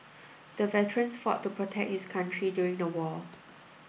the veteran fought to protect his country during the war